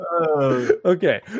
Okay